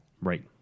Right